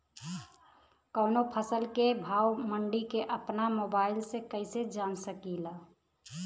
कवनो फसल के भाव मंडी के अपना मोबाइल से कइसे जान सकीला?